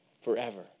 forever